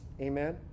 Amen